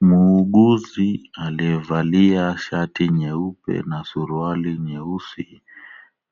Muuguzi aliyevalia shati nyeupe na suruali nyeusi,